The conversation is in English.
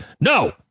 No